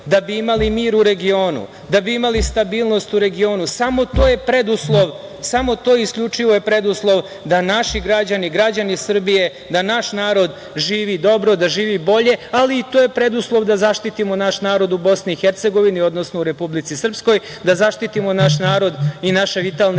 da bi imali mir u regionu, da bi imali stabilnost u regionu. Samo to je preduslov da naši građani, građani Srbije, da naš narod živi dobro, da živi bolje, ali to je preduslov da zaštitimo naš narod u Bosni i Hercegovini, odnosno u Republici Srpskoj, da zaštitimo naš narod i naše vitalne